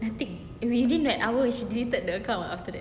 nothing within the hour she deleted the account after that